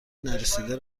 نرسیده